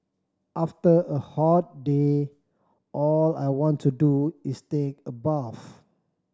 after a hot day all I want to do is take a bath